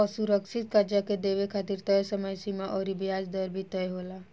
असुरक्षित कर्जा के देवे खातिर तय समय सीमा अउर ब्याज दर भी तय होला